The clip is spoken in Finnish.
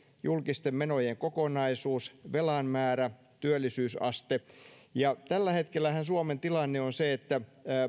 julkisten menojen kokonaisuus velan määrä työllisyysaste tällä hetkellähän suomen tilanne on se että